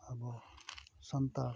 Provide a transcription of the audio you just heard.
ᱟᱵᱚ ᱥᱟᱱᱛᱟᱲ